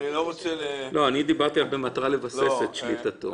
אני דיברתי במטרה לבסס את שליטתו.